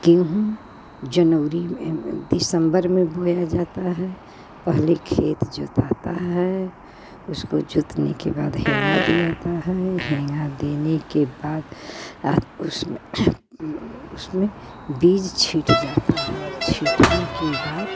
गेहूँ जनउरी में में दिसंबर में बोया जाता है पहले खेत जोताता है उसको जोतने के बाद हेंगा दिया जाता है हेंगा देने के बाद आ उसमें उसमें बीज छींट जाता है छींटने के बाद